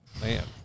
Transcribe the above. Man